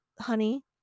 honey